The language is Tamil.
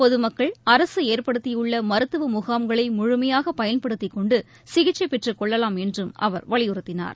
பொதுமக்கள் அரசு ஏற்படுத்தியுள்ள மருத்துவ முகாம்களை முழுமையாக பயன்படுத்திக் கொண்டு சிகிச்சை பெற்றுக் கொள்ளலாம் என்றும் அவர் வலியுறுத்தினார்